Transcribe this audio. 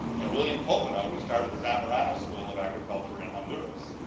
and william popenoe, who started the zamorano school of agriculture in honduras.